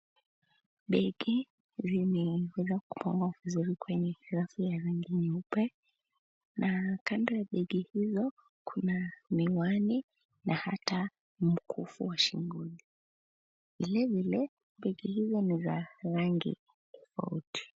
Begi zenye zime weza ku pangwa vizuri kwenye rafu ya rangi nyeupe na kando ya begi hilo kuna miwani na hata mkufu wa shingo, vile vile begi hizo niza rangi tofauti.